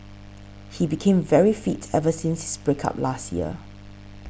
he became very fit ever since his break up last year